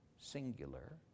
singular